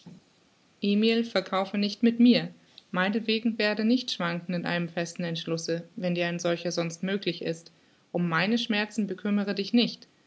emil verkaufe nicht mit mir meinetwegen werde nicht schwankend in einem festen entschluße wenn dir ein solcher sonst möglich ist um meine schmerzen bekümmere dich nicht